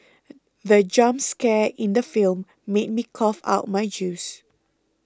the jump scare in the film made me cough out my juice